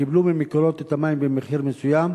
קיבלו מ"מקורות" את המים במחיר מסוים,